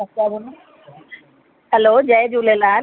हा कया बोलना हे हैलो जय झूलेलाल